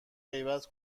غیبت